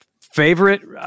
favorite